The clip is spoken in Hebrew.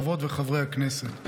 חברות וחברי הכנסת,